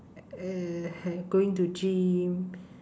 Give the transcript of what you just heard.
uh going to gym